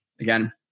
Again